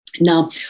Now